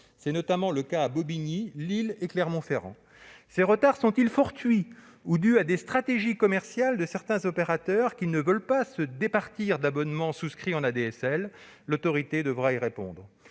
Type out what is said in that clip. c'est notamment le cas à Bobigny, à Lille et à Clermont-Ferrand. Ces retards sont-ils fortuits ou dus aux stratégies commerciales de certains opérateurs, qui ne veulent pas se départir d'abonnements souscrits en ADSL ? L'Autorité devra y répondre.